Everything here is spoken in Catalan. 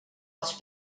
els